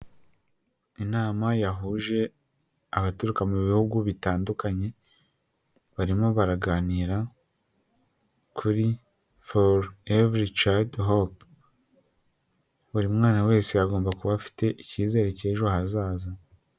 Inama yahuje abaturuka mu bihugu bitandukanye barimo baraganira kuri foru ever i cadi hopu buri mwana wese agomba kuba afite icyizere cy'ejo hazaza.